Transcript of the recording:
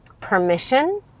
permission